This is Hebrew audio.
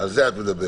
על זה את מדברת.